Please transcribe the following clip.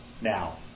now